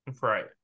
Right